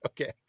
Okay